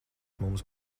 mums